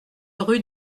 rue